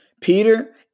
Peter